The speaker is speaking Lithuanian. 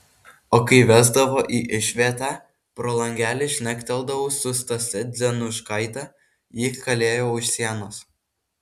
o kai vesdavo į išvietę pro langelį šnekteldavau su stase dzenuškaite ji kalėjo už sienos